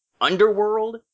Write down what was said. Underworld